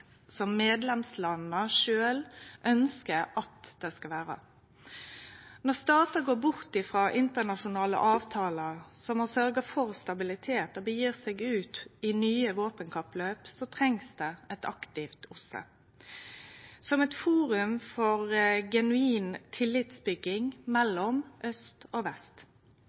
som medlemslanda sjølve ønskjer at det skal vere. Når statar går bort ifrå internasjonale avtaler som har sørgt for stabilitet, og gir seg ut i nye våpenkappløp, trengst det eit aktivt OSSE som eit forum for genuin tillitsbygging mellom aust og vest.